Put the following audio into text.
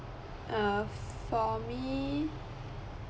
err for me